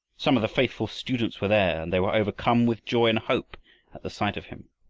some of the faithful students were there, and they were overcome with joy and hope at the sight of him.